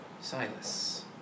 Silas